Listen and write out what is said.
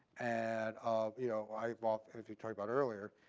and um you know i mean if and if you talk about earlier,